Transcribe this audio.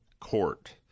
court